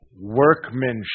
workmanship